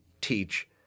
teach